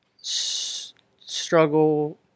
struggle